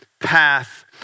path